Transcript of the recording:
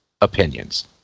Opinions